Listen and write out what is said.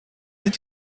sind